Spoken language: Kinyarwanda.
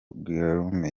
guillaume